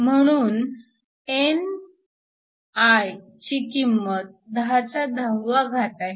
म्हणून ni ची किंमत 1010 आहे